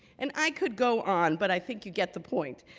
and i could go on, but i think you get the point.